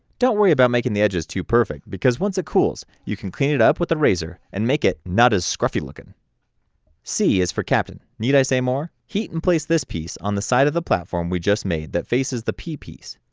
don't worry about making the edges too perfect because once it cools you can clean it up with the razor and make it not as scruffy lookin c is for captain, need i say more, heat and place this piece on the side of the platform we just made that faces the p piece,